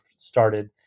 started